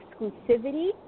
exclusivity